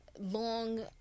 long